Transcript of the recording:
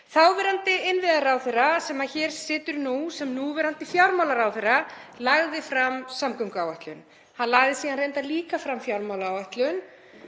Þáverandi innviðaráðherra, sem hér situr nú sem núverandi fjármálaráðherra, lagði fram samgönguáætlun. Hann lagði síðan reyndar líka fram fjármálaáætlun.